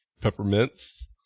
Peppermints